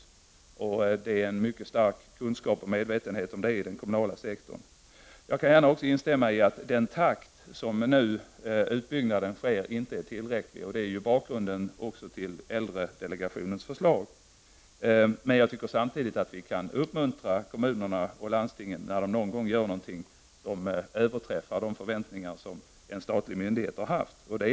Det finns en kunskap och en mycket stark medvetenhet om det i den kommunala sektorn. Jag kan också gärna instämma i att utbyggnaden nu inte sker i tillräckligt snabb takt. Det är bakgrunden till äldredelegationens förslag. Men jag tycker samtidigt att vi kan uppmuntra kommunerna och landstingen, när de någon gång gör någonting som överträffar de förväntningar som en statlig myndighet har haft.